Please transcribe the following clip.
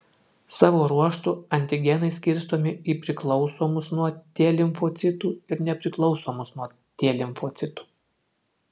savo ruožtu antigenai skirstomi į priklausomus nuo t limfocitų ir nepriklausomus nuo t limfocitų